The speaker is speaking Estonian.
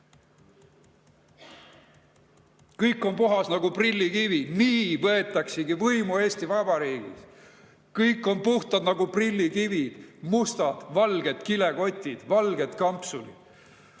Kõik on puhtad nagu prillikivi. Nii võetaksegi võimu Eesti Vabariigis. Kõik on puhtad nagu prillikivi. Mustad, valged kilekotid, valged kampsunid!